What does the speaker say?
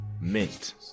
Mint